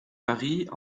paris